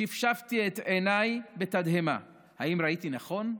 שפשפתי את עיניי בתדהמה: האם ראיתי נכון?